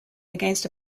against